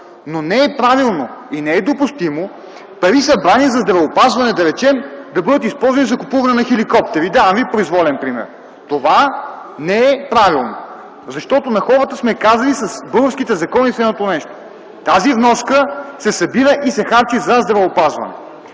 Но не е правилно и не е допустимо пари събрани за здравеопазване, да речем, да бъдат използвани за купуване на хеликоптери. Давам ви произволен пример. Това не е правилно! Защото на хората с българските закони сме казали следното нещо – тази вноска се събира и се харчи за здравеопазване.